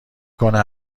کنه